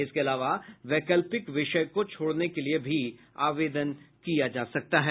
इसके अलावा वैकल्पिक विषय को छोड़ने के लिए भी आवेदन कर सकते हैं